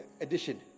edition